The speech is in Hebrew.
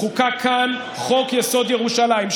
חוקק כאן חוק-יסוד: ירושלים.